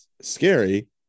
scary